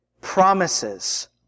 Promises